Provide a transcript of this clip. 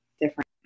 different